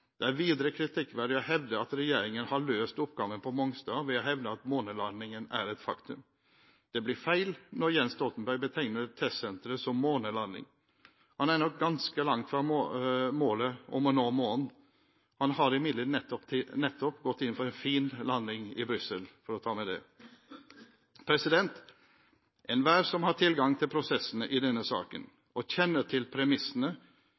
Det er videre kritikkverdig å hevde at regjeringen har løst oppgaven på Mongstad ved å hevde at månelandingen er et faktum. Det blir feil når Jens Stoltenberg betegner testsenteret som månelanding. Han er nok ganske langt fra målet om å nå månen. Han har imidlertid nettopp gått inn for en fin landing i Brussel – for å ta med det. Enhver som har tilgang til prosessene i denne saken og kjenner til premissene,